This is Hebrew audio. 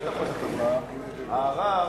הערר,